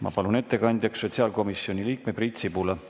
Ma palun ettekandjaks sotsiaalkomisjoni liikme Priit Sibula.